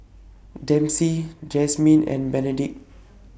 Dempsey Jazmin and Benedict